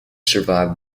survived